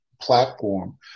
platform